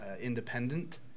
independent